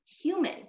human